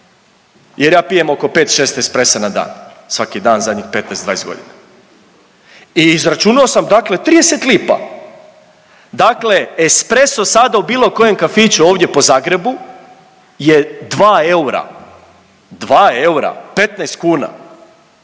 jer ja pijem oko 5-6 espressa na dan svaki dan zadnjih 15-20.g. i izračunao sam dakle 30 lipa. Dakle espresso sada u bilo kojem kafiću ovdje po Zagrebu je 2 eura, 2 eura, 15 kuna,